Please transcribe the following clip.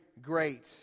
great